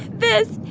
this.